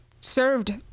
served